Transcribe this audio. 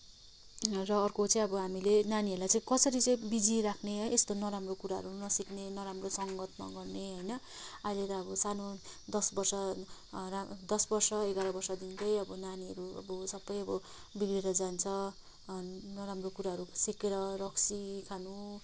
र अर्को चाहिँ अब हामीले नानीहरूलाई चाहिँ कसरी चाहिँ बिजी राख्ने है यस्तो नराम्रो कुराहरू नसिक्ने नराम्रो सङ्गत नगर्ने होइन अहिले त अब सानो दस वर्ष र दस वर्ष एघार वर्ष पुग्दै अब नानीहरू अब सबै अब बिग्रिएर जान्छ अनि नराम्रो कुराहरू सिकेर रक्सी खानु